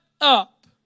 up